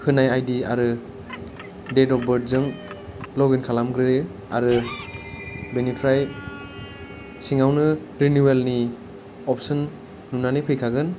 होनाय I D आरो date of birth जों लग इन खालामग्रोयो आरो बेनिफ्राय सिङावनो रिनिउवेलनि अपसन नुनानै फैखागोन